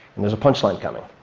and there's a punchline coming,